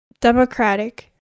democratic